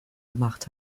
gemacht